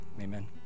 Amen